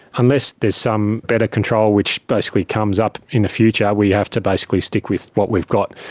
unless there's some better control which basically comes up in the future, we have to basically stick with what we've got.